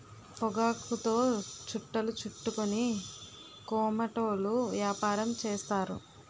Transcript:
పొగాకుతో చుట్టలు చుట్టుకొని కోమటోళ్ళు యాపారం చేస్తారు